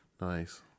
Nice